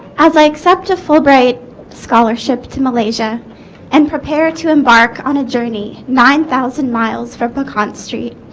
as i accept a fulbright scholarship to malaysia and prepare to embark on a journey nine thousand miles from pecan street